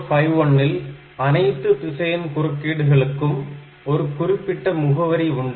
8051 இல் அனைத்து திசையன் குறுக்கீடுகளுக்கும் ஒரு குறிப்பிட்ட முகவரி உண்டு